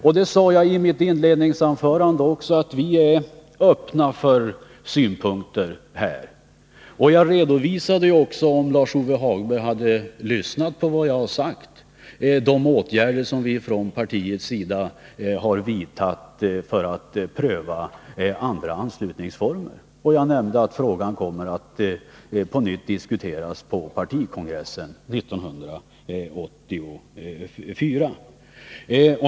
Jag sade i mitt inledningsanförande att vi är öppna för synpunkter. Jag redovisade också, om Lars-Ove Hagberg lyssnade på vad jag sade, de åtgärder som vi från partiets sida har vidtagit för att pröva andra anslutningsformer. Jag nämnde att frågan på nytt kommer att diskuteras på partikongressen 1984.